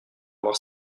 voir